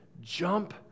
jump